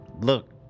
look